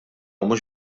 mhux